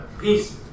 Peace